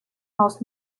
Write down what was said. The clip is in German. aus